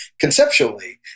conceptually